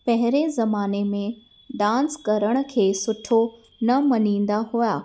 पहिरें ज़माने में डांस करण खे सुठो न मञींदा हुआ